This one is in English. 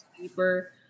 paper